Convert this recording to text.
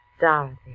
Dorothy